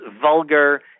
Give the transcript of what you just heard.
vulgar